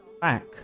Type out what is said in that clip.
Back